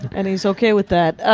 and he's okay with that.